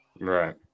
Right